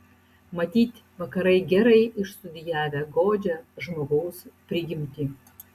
matyt vakarai gerai išstudijavę godžią žmogaus prigimtį